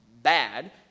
bad